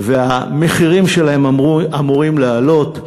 והמחירים שלהם אמורים לעלות.